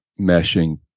meshing